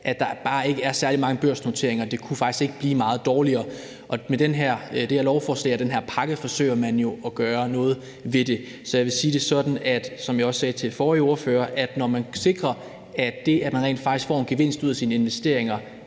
der bare ikke er særlig mange børsnoteringer. Det kunne faktisk ikke blive meget dårligere. Med det her lovforslag og den her pakke forsøger man jo at gøre noget ved det. Jeg vil sige det sådan, og det sagde jeg også til den forrige ordfører, at når det sikres, at man rent faktisk får en gevinst ud af sine investeringer,